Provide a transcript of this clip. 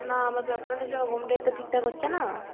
না আমার প্রবলেমটা হচ্ছে আমার ঘুমটা একটু ঠিকঠাক হচ্ছে না